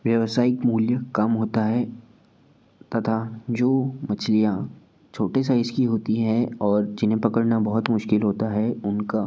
व्यवसायिक मूल्य कम होता है तथा जो मछलियाँ छोटे साइज की होती हैं और जिन्हें पकड़ना बहुत मुश्किल होता है उनका